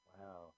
Wow